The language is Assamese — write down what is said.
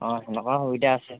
অঁ তেনেকুৱা সুবিধা আছে